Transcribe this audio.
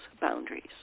boundaries